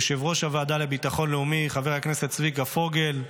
יושב-ראש הוועדה לביטחון לאומי חבר הכנסת צביקה פוגל.